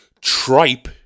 tripe